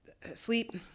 sleep